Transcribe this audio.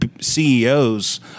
CEOs